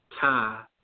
tie